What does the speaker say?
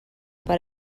per